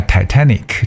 Titanic